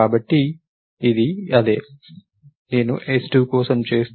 కాబట్టి ఇది అదే నేను s2 కోసం చేస్తాను